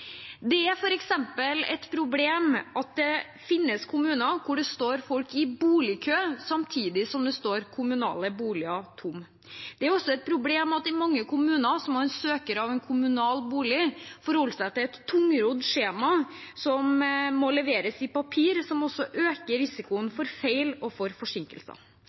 Det er f.eks. et problem at det finnes kommuner hvor det står folk i boligkø samtidig som kommunale boliger står tomme. Det er også et problem at i mange kommuner må en søker av en kommunal bolig forholde seg til et tungrodd skjema som må leveres i papir, som også øker risikoen for feil og for forsinkelser.